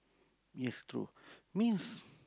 yes true means